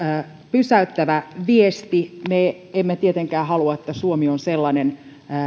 pysäyttävä viesti me emme tietenkään halua että suomi on sellainen